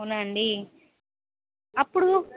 అవునా అండి అప్పుడు